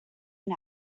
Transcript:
and